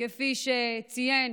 כפי שציין